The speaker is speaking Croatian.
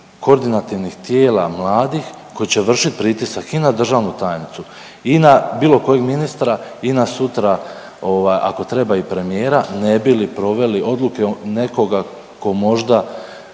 koordinativnih tijela mladih koji će vršiti pritisak i na državnu tajnicu i na bilo kojeg ministra i na sutra, ako treba i premijera, ne bi li proveli odluke nekoga tko možda